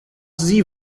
sie